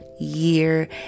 year